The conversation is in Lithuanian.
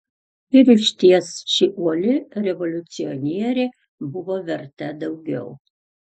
ir išties ši uoli revoliucionierė buvo verta daugiau